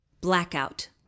blackout